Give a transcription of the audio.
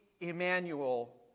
Emmanuel